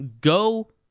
go